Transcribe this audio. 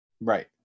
Right